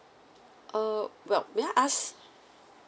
uh well may I ask